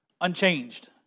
unchanged